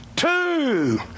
two